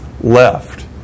left